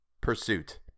Pursuit